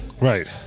Right